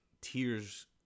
Tears